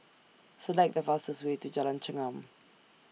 Select The fastest Way to Jalan Chengam